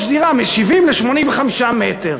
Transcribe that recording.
מ-70 ל-85 מ"ר?